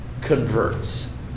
converts